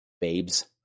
babes